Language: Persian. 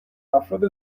افراد